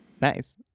Nice